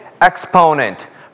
exponent